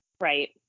Right